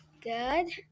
Good